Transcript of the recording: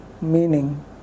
meaning